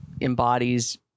embodies